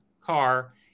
car